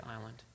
island